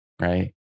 right